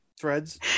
Threads